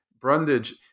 Brundage